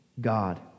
God